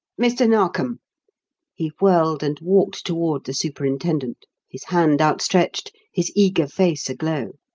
mr. narkom he whirled and walked toward the superintendent, his hand outstretched, his eager face aglow